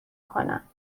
کنم